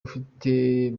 ufite